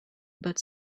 but